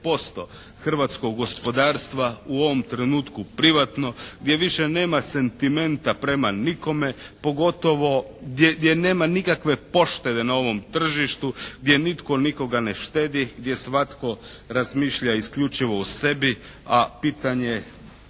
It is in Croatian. hrvatskog gospodarstva u ovom trenutku privatno, gdje više nema sentimenta prema nikome, pogotovo gdje nema nikakve poštede na ovom tržištu, gdje nitko nikoga ne štedi, gdje svatko razmišlja isključivo o sebi, a pitanje da